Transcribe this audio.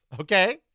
okay